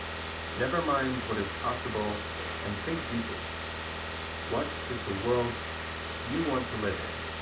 nevermind what is possible and think deeply what is the world you want to live in?